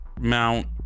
mount